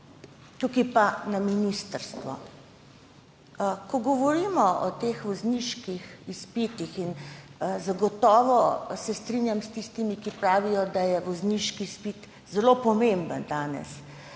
nekaj za ministrstvo, ko govorimo o teh vozniških izpitih. Zagotovo se strinjam s tistimi, ki pravijo, da je vozniški izpit danes zelo pomemben.